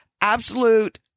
absolute